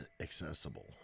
accessible